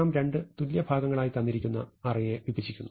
നാം രണ്ടു തുല്യ ഭാഗങ്ങളായി തന്നിരിക്കുന്ന അറേയെ വിഭജിക്കുന്നു